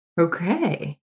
Okay